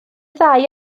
ddau